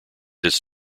its